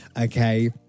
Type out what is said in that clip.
Okay